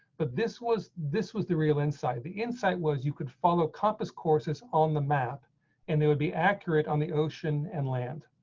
but this was this was the real inside the insight was you could follow compass courses on the map and it would be accurate on the ocean and land.